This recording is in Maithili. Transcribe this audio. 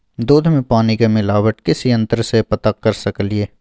दूध में पानी के मिलावट किस यंत्र से पता कर सकलिए?